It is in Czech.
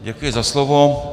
Děkuji za slovo.